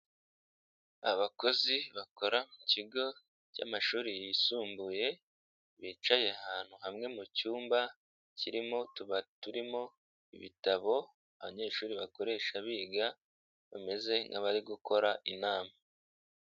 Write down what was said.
Abakozi bakora mu kigo cy'amashuri yisumbuye, bicaye ahantu hamwe mu cyumba kirimo utubati turimo ibitabo abanyeshuri bakoresha biga, bameze nk'abari gukora inama.